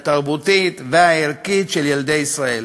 התרבותית והערכית של ילדי ישראל.